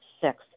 Six